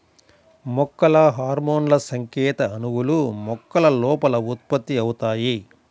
మొక్కల హార్మోన్లుసంకేత అణువులు, మొక్కల లోపల ఉత్పత్తి అవుతాయి